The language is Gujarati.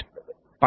5